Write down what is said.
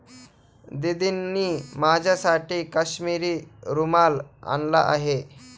दीदींनी माझ्यासाठी काश्मिरी रुमाल आणला आहे